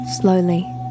Slowly